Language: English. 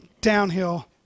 downhill